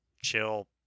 chill